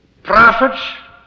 Prophets